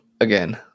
again